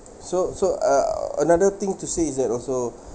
so so uh another thing to say is that also